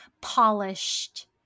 polished